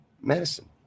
Medicine